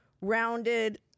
rounded